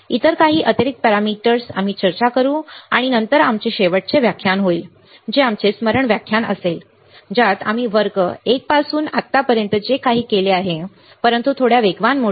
इतर काही अतिरिक्त पॅरामीटर्सवर आम्ही चर्चा करू आणि नंतर आमचे शेवटचे व्याख्यान होईल जे आमचे स्मरण व्याख्यान असेल ज्यात आम्ही वर्ग एक पासून आत्तापर्यंत जे काही केले असेल परंतु थोड्या वेगवान मोडमध्ये